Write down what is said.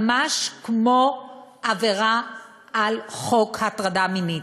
ממש כמו עבירה על חוק הטרדה מינית.